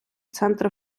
центри